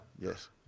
yes